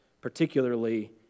particularly